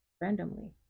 randomly